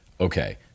okay